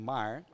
Maar